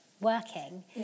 working